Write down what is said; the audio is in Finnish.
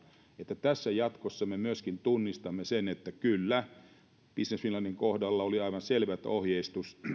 että tässä me jatkossa myöskin tunnistamme sen että kyllä business finlandin kohdalla oli aivan selvä ohjeistus